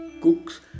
Cook's